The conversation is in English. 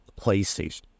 playstation